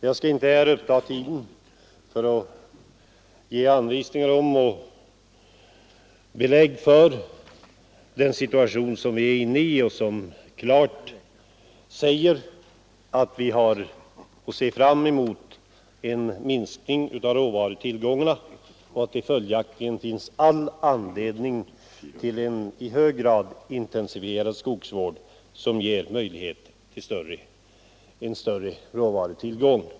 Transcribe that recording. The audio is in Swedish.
Jag skall inte här uppta tiden med att ge anvisningar om och belägg för den situation som vi är inne i, där vi kan se fram emot en minskning av råvarutillgångarna, men det finns all anledning till en i hög grad intensifierad skogsvård som ger en större råvarutillgång.